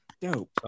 Dope